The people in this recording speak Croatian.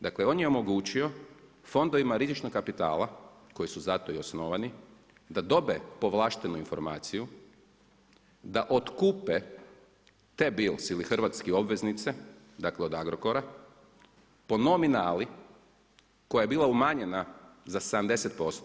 Dakle, on je omogućio fondovima rizičnog kapitala koji su zato i osnovani da dobe povlaštenu informaciju, da kupe tbils ili hrvatske obveznice, od Agrokora, po nominalni koja je bila umanjena za 70%